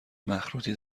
مخروطی